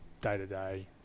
day-to-day